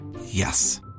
Yes